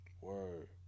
Word